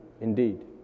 indeed